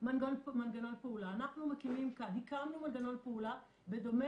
מנגנון פעולה הקמנו מנגנון פעולה בדומה